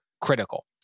critical